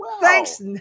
Thanks